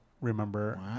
remember